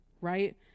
right